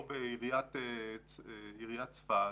או בעיריית צפת,